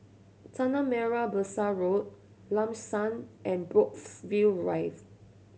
Tanah Merah Besar Road Lam San and Brookvale Drive